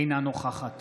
אינה נוכחת